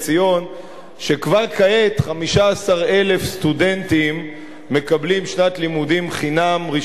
שכבר כעת 15,000 סטודנטים מקבלים שנת לימודים ראשונה